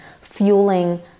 fueling